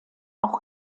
auch